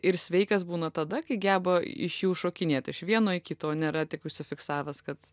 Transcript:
ir sveikas būna tada kai geba iš jų šokinėt iš vieno į kitą o nėra tik užsifiksavęs kad